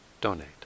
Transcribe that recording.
donate